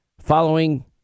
following